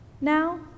now